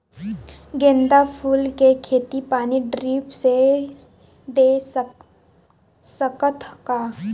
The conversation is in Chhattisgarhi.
गेंदा फूल के खेती पानी ड्रिप से दे सकथ का?